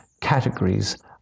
categories